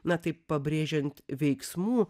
na taip pabrėžiant veiksmų